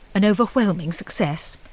an overwhelming success.